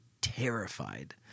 terrified